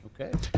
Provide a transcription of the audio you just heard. Okay